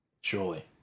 Surely